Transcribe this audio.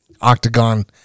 octagon